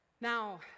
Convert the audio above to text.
Now